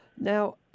Now